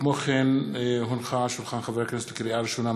לקריאה ראשונה,